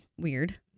weird